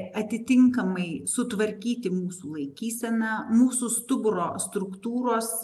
atitinkamai sutvarkyti mūsų laikyseną mūsų stuburo struktūros